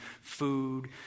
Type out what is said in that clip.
food